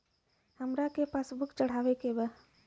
हमरा के पास बुक चढ़ावे के बा?